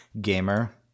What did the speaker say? gamer